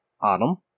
Autumn